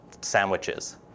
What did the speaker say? sandwiches